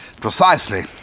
Precisely